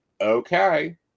Okay